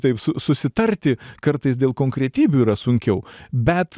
taip su susitarti kartais dėl konkretybių yra sunkiau bet